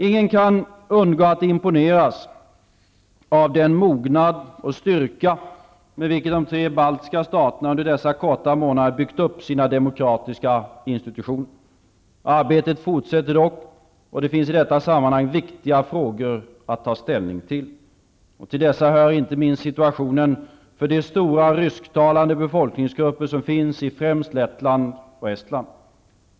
Ingen kan undgå att imponeras av den mognad och styrka med vilken de tre baltiska staterna under dessa korta månader byggt upp sina demokratiska institutioner. Arbetet fortsätter dock, och det finns i detta sammanhang viktiga frågor att ta ställning till. Till dessa hör inte minst situationen för de stora rysktalande befolkningsgrupper som finns i främst Lettland och Estland.